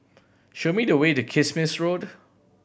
show me the way to Kismis Road